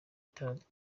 itarangiye